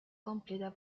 completa